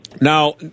Now